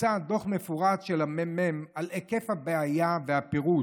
הוצא דוח מפורט של הממ"מ על היקף הבעיה והפירוט,